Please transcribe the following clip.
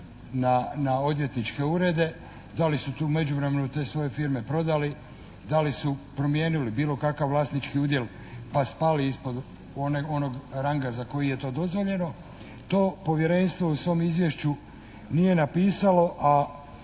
na odvjetničke urede, da li su tu u međuvremenu te svoje firme prodali, da li su promijenili bilo kakav vlasnički udjel pa spali ispod onog ranga za koji je to dozvoljeno. To povjerenstvo u svom izvješću nije napisalo, a